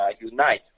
unite